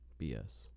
BS